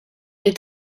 est